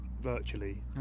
virtually